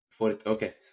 Okay